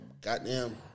goddamn